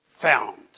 Found